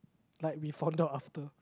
like we found out after